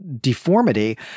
deformity